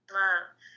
love